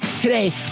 Today